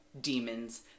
demons